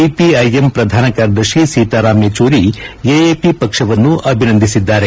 CPI M ಪ್ರಧಾನ ಕಾರ್ಯದರ್ಶಿ Sitaram Yechury AAP ಪಕ್ಷವನ್ನು ಅಭಿನಂದಿಸಿದ್ದಾರೆ